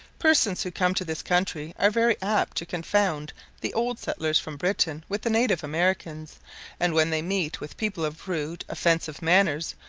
persons who come to this country are very apt to confound the old settlers from britain with the native americans and when they meet with people of rude, offensive manners,